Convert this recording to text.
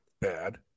bad